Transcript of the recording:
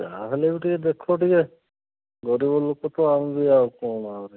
ଯାହାହେଲେ ବି ଟିକେ ଦେଖ ଟିକେ ଗରିବ ଲୋକ ତ ଆଉ କଣ ଆହୁରି